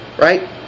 right